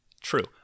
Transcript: True